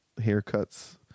Haircuts